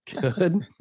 good